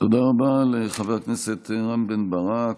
תודה רבה לחבר הכנסת רם בן ברק.